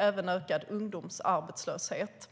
Även ungdomsarbetslösheten ökade.